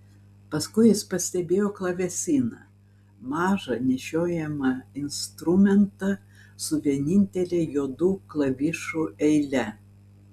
paskui jis pastebėjo klavesiną mažą nešiojamą instrumentą su vienintele juodų klavišų eile